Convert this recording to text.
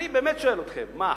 אני באמת שואל אתכם: מה,